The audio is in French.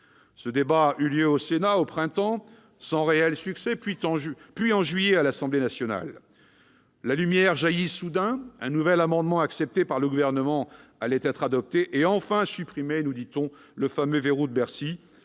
Ce débat eut lieu au Sénat au printemps dernier, sans réel succès, puis en juillet à l'Assemblée nationale. La lumière jaillit soudain : un nouvel amendement accepté par le Gouvernement allait être adopté et venir enfin supprimer, nous disait-on, le fameux verrou de Bercy.